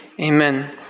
Amen